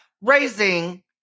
raising